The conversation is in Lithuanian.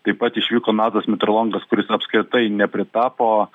taip pat išvyko nadas meterlongas kuris apskritai nepritapo